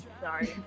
sorry